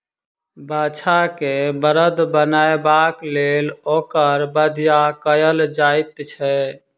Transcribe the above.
बाछा के बड़द बनयबाक लेल ओकर बधिया कयल जाइत छै